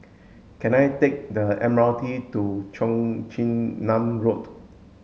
can I take the M R T to Cheong Chin Nam Road